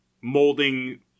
molding